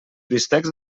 bistecs